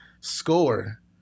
Score